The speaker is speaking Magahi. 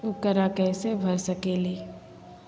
ऊकरा कैसे भर सकीले?